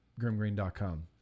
grimgreen.com